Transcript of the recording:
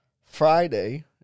Friday